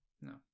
No